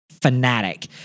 fanatic